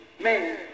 man